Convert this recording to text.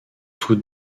tous